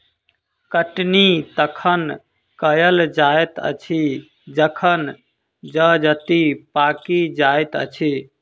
कटनी तखन कयल जाइत अछि जखन जजति पाकि जाइत अछि